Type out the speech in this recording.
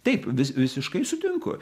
taip vis visiškai sutinku